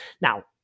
Now